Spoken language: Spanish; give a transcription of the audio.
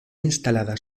instalada